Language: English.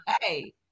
Hey